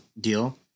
deal